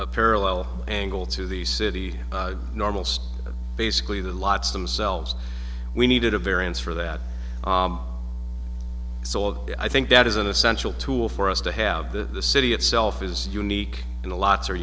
a parallel angle to the city normals basically the lots themselves we needed a variance for that sold i think that is an essential tool for us to have the the city itself is unique in the lots are